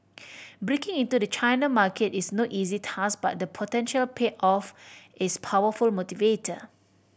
breaking into the China market is no easy task but the potential payoff is powerful motivator